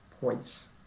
points